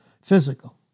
Physical